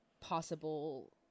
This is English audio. possible